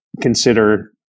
consider